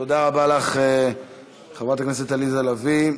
תודה רבה לך, חברת הכנסת עליזה לביא.